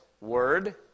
word